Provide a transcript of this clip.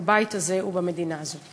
בבית הזה ובמדינה הזאת.